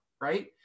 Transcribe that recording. right